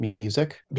music